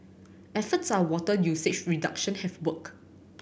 efforts are water usage reduction have worked